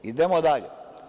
Idemo dalje.